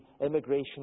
immigration